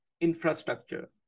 infrastructure